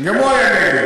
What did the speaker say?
גם הוא היה נגד.